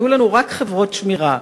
יהיו לנו רק חברות שמירה.